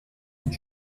und